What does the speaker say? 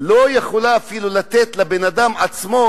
לא יכולה לתת אפילו לבן-אדם עצמו,